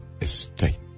estate